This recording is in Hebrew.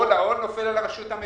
עכשיו כל העול נופל על הרשות המקומית.